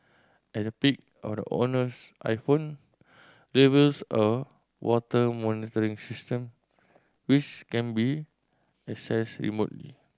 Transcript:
and a peek of the owner's iPhone reveals a water monitoring system which can be accessed remotely